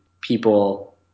people